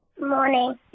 Morning